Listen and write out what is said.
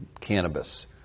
cannabis